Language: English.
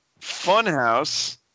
Funhouse